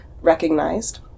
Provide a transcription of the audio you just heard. recognized